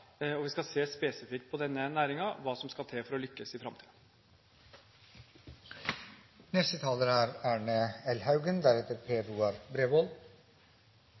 og vi skal se spesifikt på denne næringen og hva som skal til for å lykkes i